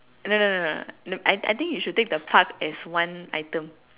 no no no no no I I think you should take the pug as one item